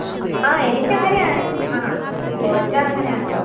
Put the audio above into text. ആ എനിക്ക് അങ്ങനെയാണ് ഹോട്ട് സ്റ്റാറങ്ങനെയാണല്ലോ